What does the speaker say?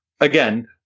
Again